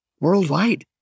worldwide